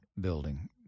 building